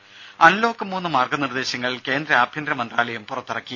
രുദ അൺലോക്ക് മൂന്ന് മാർഗനിർദേശങ്ങൾ കേന്ദ്രആഭ്യന്തര മന്ത്രാലയം പുറത്തിറക്കി